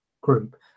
group